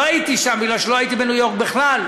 לא הייתי שם, כי לא הייתי בניו-יורק בכלל.